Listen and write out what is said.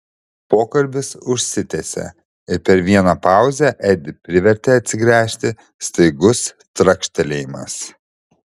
pokalbis užsitęsė ir per vieną pauzę edį privertė atsigręžti staigus trakštelėjimas